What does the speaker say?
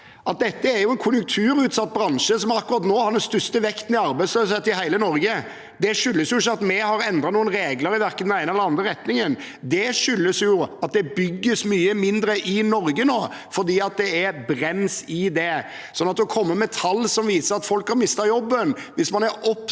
at dette er en konjunkturutsatt bransje som akkurat nå har den største veksten i arbeidsløshet i hele Norge. Det skyldes ikke at vi har endret noen regler i den ene eller den andre retningen, det skyldes at det bygges mye mindre i Norge nå, fordi det er brems i bygging. Til de som kommer med tall som viser at folk har mistet jobben: Hvis man er opptatt